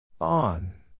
On